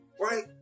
right